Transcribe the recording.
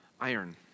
iron